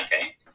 Okay